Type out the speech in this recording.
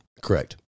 Correct